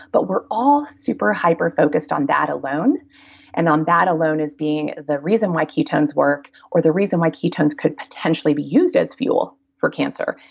but we're all super hyperfocused on that alone and on that alone is being the reason why ketones work or the reason why ketones could potentially be used as fuel for cancer.